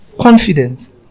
Confidence